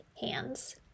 hands